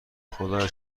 خدایا